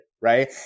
right